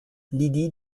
lydie